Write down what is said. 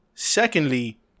Secondly